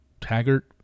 Taggart